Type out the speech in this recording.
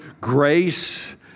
grace